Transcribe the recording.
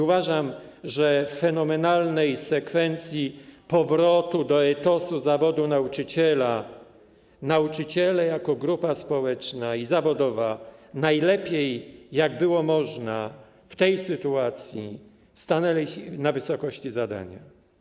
Uważam, że w fenomenalnej sekwencji powrotu do etosu zawodu nauczyciela nauczyciele jako grupa społeczna i zawodowa - najlepiej, jak było można w tej sytuacji - stanęli na wysokości zadania.